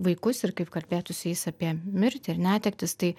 vaikus ir kaip kalbėti su jais apie mirtį ir netektis tai